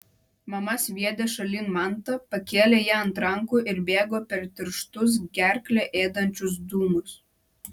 mama sviedė šalin mantą pakėlė ją ant rankų ir bėgo per tirštus gerklę ėdančius dūmus